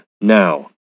NOW